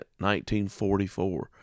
1944